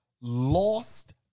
lost